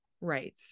right